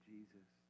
Jesus